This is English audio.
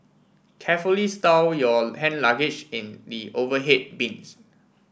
carefully stow your hand luggage in the overhead bins